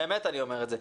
באמת אני אומר את זה,